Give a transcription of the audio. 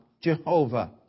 Jehovah